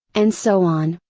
and so on,